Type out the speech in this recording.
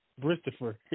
Christopher